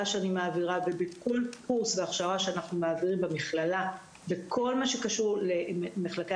שאני מעבירה ובכל קורס והכשרה שאנחנו מעבירים במכללה בכל מה שקשור למחלקי